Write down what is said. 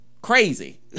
crazy